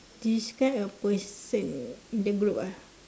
describe a person in the group ah